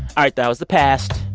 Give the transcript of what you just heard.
all right, that was the past.